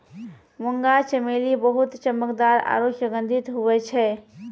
मुंगा चमेली बहुत चमकदार आरु सुगंधित हुवै छै